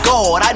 God